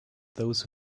those